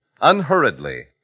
unhurriedly